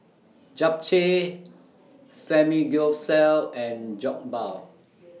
Japchae Samgyeopsal and Jokbal